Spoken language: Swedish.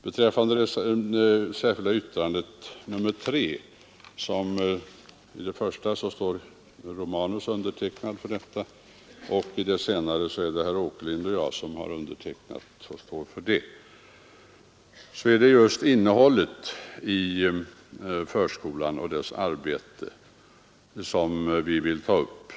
Det första yttrandet står herr Romanus och jag för och det senare herr Åkerlind och jag. Beträffande det särskilda yttrandet nr 3 är det just innehållet i förskolan och dess arbete som vi vill ta upp.